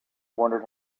wondered